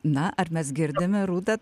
na ar mes girdime rūtą